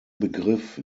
begriff